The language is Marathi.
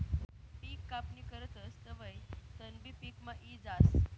पिक कापणी करतस तवंय तणबी पिकमा यी जास